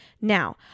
Now